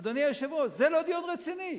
אדוני היושב-ראש, זה לא דיון רציני.